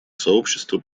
сообщество